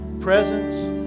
presence